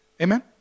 Amen